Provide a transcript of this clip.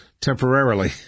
Temporarily